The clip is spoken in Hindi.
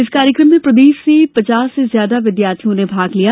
इस कार्यक्रम में प्रदेश से पचास से ज्यादा विद्यार्थियों ने भाग लिया